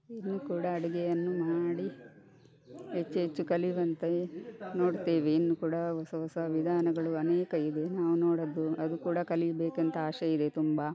ಇನ್ನು ಕೂಡ ಅಡುಗೆಯನ್ನು ಮಾಡಿ ಹೆಚ್ಚು ಹೆಚ್ಚು ಕಲಿಯುವಂತೆ ನೋಡ್ತೇವೆ ಇನ್ನು ಕೂಡ ಹೊಸ ಹೊಸ ವಿಧಾನಗಳು ಅನೇಕ ಇದು ನಾವು ನೋಡದ್ದು ಅದು ಕೂಡ ಕಲಿಯಬೇಕಂತ ಆಸೆಯಿದೆ ತುಂಬ